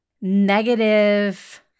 negative